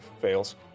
fails